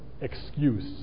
excuse